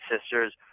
sisters